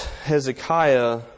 Hezekiah